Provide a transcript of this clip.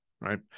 right